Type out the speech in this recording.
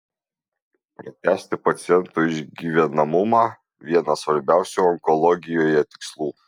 pratęsti paciento išgyvenamumą vienas svarbiausių onkologijoje tikslų